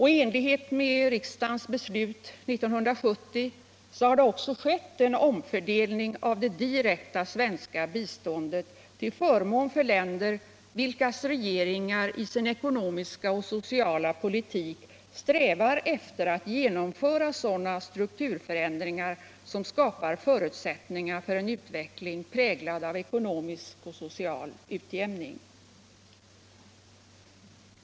I enlighet med riksdagens beslut 1970 har det skett en omfördelning av det direkta svenska biståndet till förmån för länder vilkas regeringar i sin ekonomiska och sociala politik strävar efter att genomföra Internationellt utvecklingssamar sådana strukturförändringar som skapar förutsättningar för en utveckling präglad av ekonomisk och social utjämning.